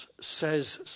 says